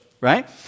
right